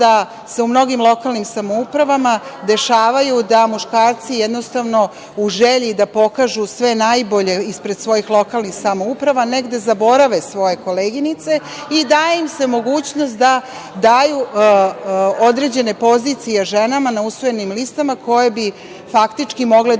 da se u mnogim lokalnim samoupravama dešavaju da muškarci jednostavno u želji da pokažu sve najbolje ispred svojih lokalnih samouprava negde zaborave svoje koleginice, i daje im se mogućnost da daju određene pozicije ženama na usvojenim listama koje bi faktički mogle da